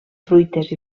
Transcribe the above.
fruites